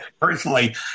personally